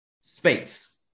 space